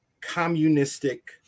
communistic